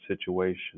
situation